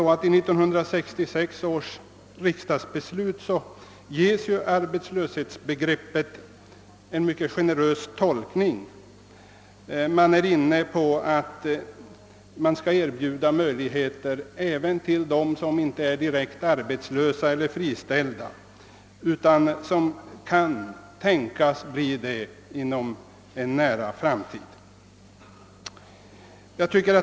I 1966 års riksdagsbeslut ges arbetslöshetsbegreppet en mycket generös tolkning. Det har varit riksdagens avsikt att till de arbetslösa räkna även dem som inte är direkt arbetslösa eller friställda men som kan tänkas bli det inom en nära framtid.